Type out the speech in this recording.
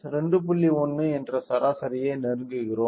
1 என்ற சராசரியை நெருங்குகிறோம்